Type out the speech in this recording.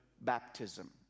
baptism